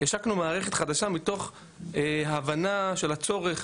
השקנו מערכת חדשה מתוך הבנה של הצורך,